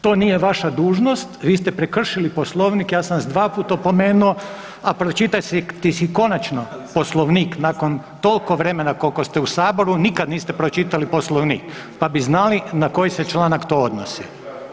To nije vaša dužnost, vi ste prekršili Poslovnik, ja sam vas 2 puta opomenuo, a pročitajte si konačno Poslovnik nakon toliko vremena koliko ste u saboru nikad niste pročitali Poslovnik, pa bi znali na koji se članak to odnosi.